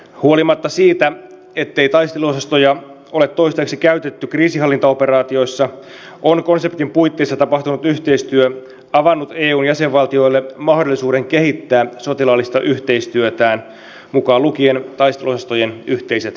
huolimatta siitä ettei taisteluosastoja ole toistaiseksi käytetty kriisinhallintaoperaatioissa on konseptin puitteissa tapahtunut yhteistyö avannut eun jäsenvaltioille mahdollisuuden kehittää sotilaallista yhteistyötään mukaan lukien taisteluosastojen yhteiset harjoitukset